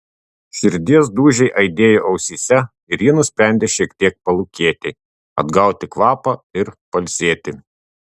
širdies dūžiai aidėjo ausyse ir ji nusprendė šiek tiek palūkėti atgauti kvapą ir pailsėti